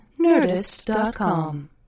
Nerdist.com